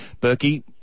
Berkey